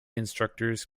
instructors